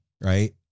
right